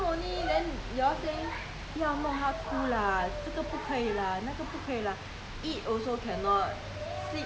no lah nowadays the parent I don't know lah I find I find try to find them nowadays because they they don't have so much kid